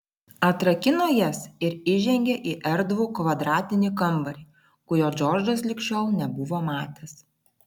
atrakino jas ir įžengė į erdvų kvadratinį kambarį kurio džordžas lig šiol nebuvo matęs